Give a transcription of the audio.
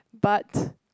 but